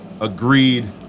Agreed